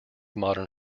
modern